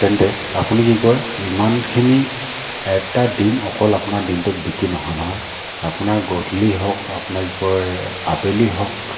তেন্তে আপুনি কি কয় ইমানখিনি এটা ডিম অকল আপোনাৰ দিনটোত বিক্ৰী নহয় নহয় আপোনাৰ গধূলি হওক আপোনাৰ কি কয় আবেলি হওক